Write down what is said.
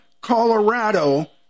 Colorado